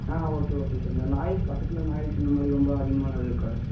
ஆ okay okay sir இந்த noise பக்கத்தில் noise இந்தமாதிரி ரொம்ப அதிகமலெல்லாம் எதுவும் இருக்காதில